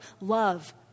love